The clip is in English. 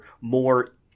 more